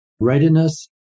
readiness